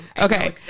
Okay